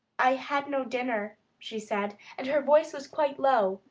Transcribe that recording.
i had no dinner, she said, and her voice was quite low.